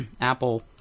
Apple